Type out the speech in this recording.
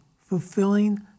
fulfilling